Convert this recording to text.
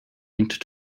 linked